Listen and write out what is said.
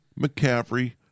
McCaffrey